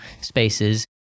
spaces